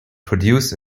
produce